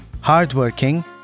hardworking